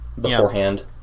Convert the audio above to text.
beforehand